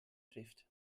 trifft